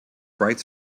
bright